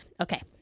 Okay